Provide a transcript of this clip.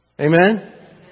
Amen